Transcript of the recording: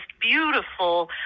beautiful